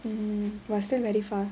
hmm but still its very far